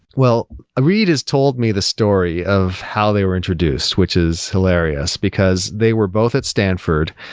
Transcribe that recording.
will, reid has told me the story of how they were introduced, which is hilarious, because they were both at stanford,